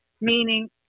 meaning